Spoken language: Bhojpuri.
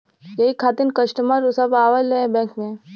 यही खातिन कस्टमर सब आवा ले बैंक मे?